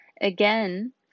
again